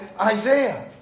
Isaiah